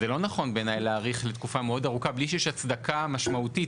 זה לא נכון בעיני להאריך לתקופה מאוד ארוכה בלי שיש הצדקה משמעותית.